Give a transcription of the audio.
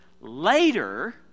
later